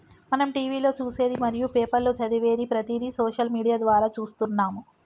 మనం టీవీలో చూసేది మరియు పేపర్లో చదివేది ప్రతిదీ సోషల్ మీడియా ద్వారా చూస్తున్నాము